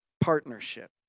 partnership